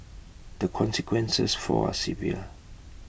the consequences for are severe